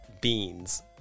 beans